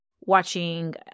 watching